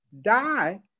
die